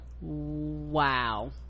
wow